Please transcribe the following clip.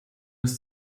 ist